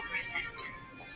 resistance